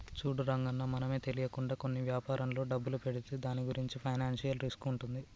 చూడు రంగన్న మనమే తెలియకుండా కొన్ని వ్యాపారంలో డబ్బులు పెడితే దాని గురించి ఫైనాన్షియల్ రిస్క్ ఉంటుంది